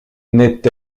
n’est